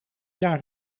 jaar